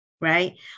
right